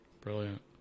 brilliant